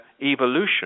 evolution